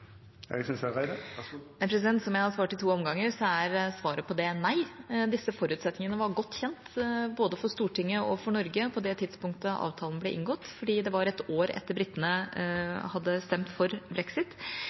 nei. Disse forutsetningene var godt kjent både for Stortinget og for Norge på det tidspunktet avtalen ble inngått, fordi det var et år etter at britene hadde stemt for brexit.